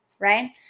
right